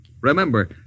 Remember